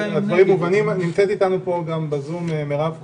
נמצאת אתנו בזום מירב כהן,